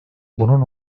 bunun